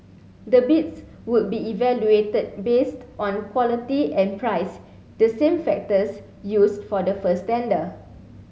the bids would be evaluated based on quality and price the same factors used for the first tender